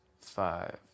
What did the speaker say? five